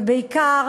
ובעיקר,